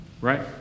Right